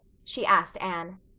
she asked anne.